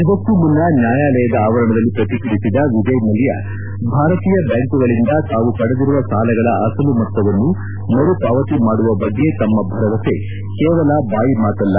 ಇದಕ್ಕೂ ಮುನ್ನಾ ನ್ಯಾಯಾಲಯದ ಆವರಣದಲ್ಲಿ ಪ್ರತಿಕ್ರಿಯಿಸಿದ ವಿಜಯ್ ಮಲ್ಯಭಾರತೀಯ ಬ್ಯಾಂಕುಗಳಿಂದ ತಾವು ಪಡೆದಿರುವ ಸಾಲಗಳ ಅಸಲು ಮೊತ್ತವನ್ನು ಮರುಪಾವತಿ ಮಾಡುವ ಬಗ್ಗೆ ತಮ್ನ ಭರವಸೆ ಕೇವಲ ಬಾಯಿಮಾತಲ್ಲ